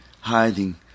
Hiding